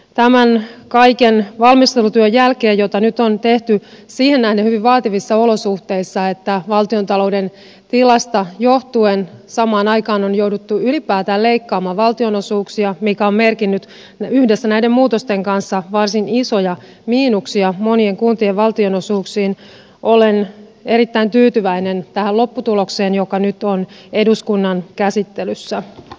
tämän kaiken valmistelutyön jälkeen jota nyt on tehty siihen nähden hyvin vaativissa olosuhteissa että valtiontalouden tilasta johtuen samaan aikaan on jouduttu ylipäätään leikkaamaan valtionosuuksia mikä on merkinnyt yhdessä näiden muutosten kanssa varsin isoja miinuksia monien kuntien valtionosuuksiin olen erittäin tyytyväinen tähän lopputulokseen joka nyt on eduskunnan käsittelyssä